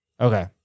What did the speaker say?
Okay